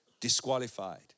disqualified